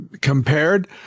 compared